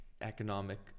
economic